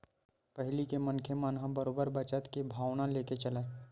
पहिली के मनखे मन ह बरोबर बचत के भावना लेके चलय